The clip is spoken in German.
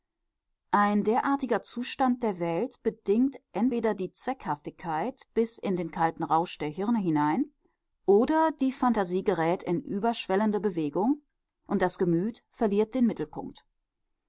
ein derartiger zustand der welt bedingt entweder die zweckhaftigkeit bis in den kalten rausch der hirne hinein oder die phantasie gerät in überschwellende bewegung und das gemüt verliert den mittelpunkt